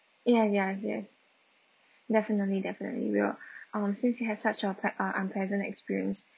ya ya yes definitely definitely ya um since you had such a plea~ uh unpleasant experience